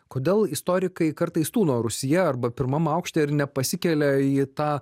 kodėl istorikai kartais tūno rūsyje arba pirmam aukšte ir nepasikelia į tą